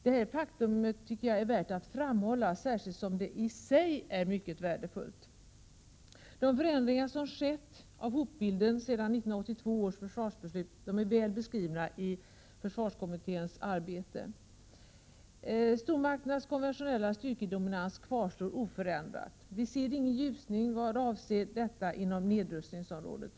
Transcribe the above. Detta faktum är värt att framhålla — särskilt som det i sig är mycket värdefullt. De förändringar av hotbilden som skett sedan 1982 års försvarsbeslut är väl beskrivna i försvarskommitténs arbete. Stormakternas konventionella styrkedominans kvarstår oförändrad. Vi ser ingen ljusning i detta avseende på nedrustningsområdet.